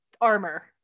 armor